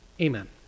Amen